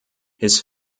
his